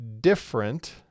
different